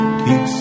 keep